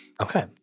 Okay